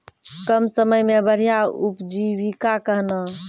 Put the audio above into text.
कम समय मे बढ़िया उपजीविका कहना?